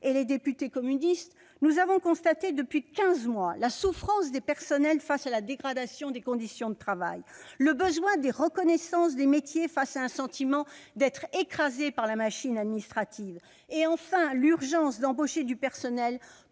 et les députés communistes, nous avons constaté, depuis quinze mois, la souffrance des personnels face à la dégradation des conditions de travail, le besoin de reconnaissance des métiers face à un sentiment d'écrasement par la machine administrative et, enfin, l'urgence d'embaucher du personnel